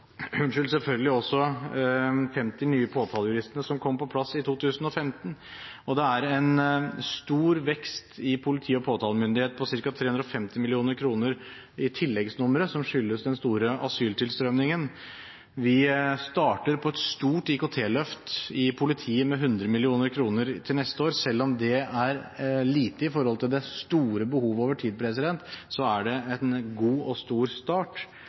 er en stor vekst i politi- og påtalemyndighet på ca. 350 mill. kr i tilleggsnummeret, som skyldes den store asyltilstrømningen. Vi starter på et stort IKT-løft i politiet med 100 mill. kr til neste år, selv om det er lite i forhold til det store behovet over tid, så er det en god og stor start.